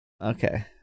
Okay